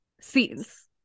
scenes